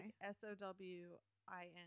S-O-W-I-N